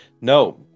no